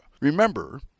Remember